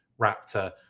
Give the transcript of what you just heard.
Raptor